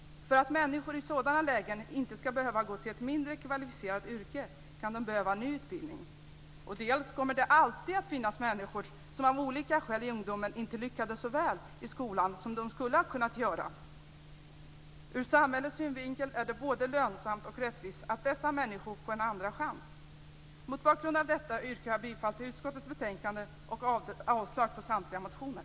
För att människor i sådana lägen inte ska behöva gå till ett mindre kvalificerat yrke kan de behöva en ny utbildning. För det andra kommer det alltid att finnas människor som av olika skäl inte lyckades så väl i skolan i ungdomen som de skulle ha kunnat göra. Ur samhällets synvinkel är det både lönsamt och rättvist att dessa människor får en andra chans. Mot bakgrund av detta yrkar jag bifall till hemställan i utskottets betänkande och avslag på samtliga reservationer.